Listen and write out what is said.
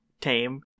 tame